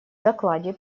докладе